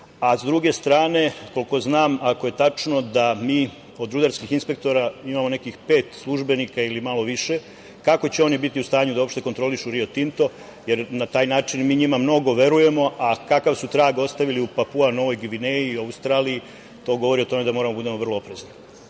druge strane, koliko znam ako je tačno da mi od rudarskih inspektora, imamo nekih pet službenika ili malo više. Kako će oni uopšte biti u stanju da kontrolišu „Rio Tinto“, jer na taj način mi njima mnogo verujemo, a kakav su trag ostavili u Papua Novoj Gvineji i Australiji, to govori o tome da moramo da budemo vrlo oprezni.